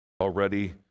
already